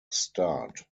start